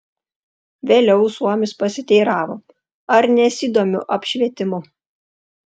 vėliau suomis pasiteiravo ar nesidomiu apšvietimu